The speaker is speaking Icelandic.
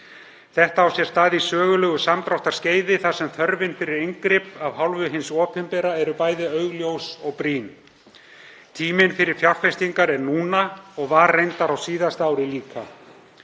Þetta á sér stað á sögulegu samdráttarskeiði þar sem þörfin fyrir inngrip af hálfu hins opinbera eru bæði augljós og brýn. Tíminn fyrir fjárfestingar er núna og var reyndar á síðasta ári líka.